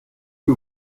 que